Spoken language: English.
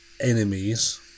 enemies